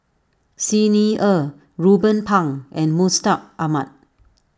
Xi Ni Er Ruben Pang and Mustaq Ahmad